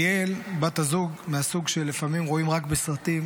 ליאל בת הזוג היא מהסוג שלפעמים רואים רק בסרטים